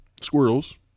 squirrels